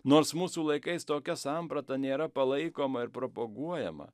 nors mūsų laikais tokia samprata nėra palaikoma ir propaguojama